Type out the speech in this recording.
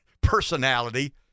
personality